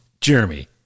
Jeremy